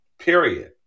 Period